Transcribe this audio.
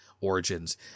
Origins